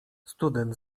student